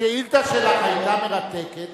השאילתא שלך היתה מרתקת